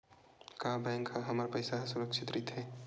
का बैंक म हमर पईसा ह सुरक्षित राइथे?